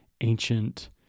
ancient